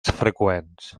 freqüents